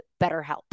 BetterHelp